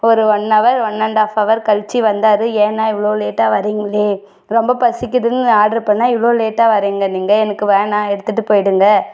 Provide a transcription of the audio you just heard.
ஒரு ஒன்னவர் one and half அவர் கழித்து வந்தார் ஏன்ணா இவ்வளோ லேட்டாக வரிங்களே ரொம்ப பசிக்குதுன்னு ஆர்ட்ரு பண்ணால் இவ்வளோ லேட்டாக வரீங்க நீங்கள் எனக்கு வேணாம் எடுத்துகிட்டு போய்விடுங்க